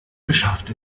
geschafft